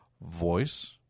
voice